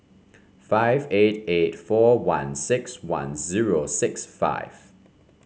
five eight eight four one six one zero six five